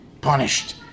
punished